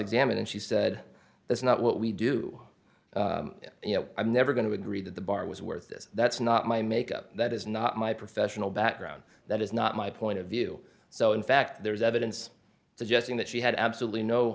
examined and she said that's not what we do you know i'm never going to agree that the bar was worth this that's not my makeup that is not my professional background that is not my point of view so in fact there is evidence suggesting that she had absolutely no